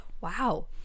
wow